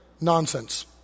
Nonsense